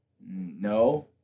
No